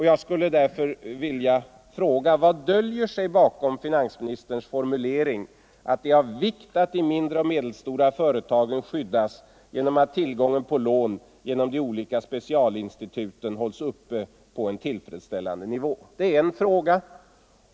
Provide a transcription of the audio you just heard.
Jag skulle därför vilja fråga: Vad döljer sig bakom finansministerns formulering att det är av vikt att de mindre och medelstora företagen skyddas genom att tillgången på lån via de olika specialinstituten hålls uppe på en tillfredsställande nivå?